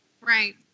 Right